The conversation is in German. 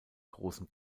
großen